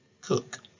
cook